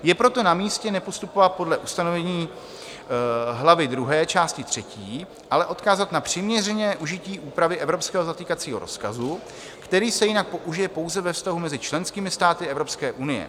Je proto na místě nepostupovat podle ustanovení hlavy II, části třetí, ale odkázat na přiměřené užití úpravy evropského zatýkacího rozkazu, který se jinak použije pouze ve vztahu mezi členskými státy Evropské unie.